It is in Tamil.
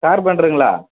கார்பெண்டருங்களா